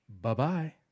Bye-bye